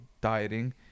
dieting